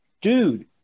Dude